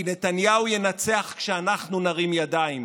כי נתניהו ינצח כשאנחנו נרים ידיים,